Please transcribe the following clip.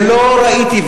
ולא ראיתי,